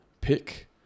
pick